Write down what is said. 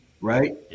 Right